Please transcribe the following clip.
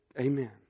Amen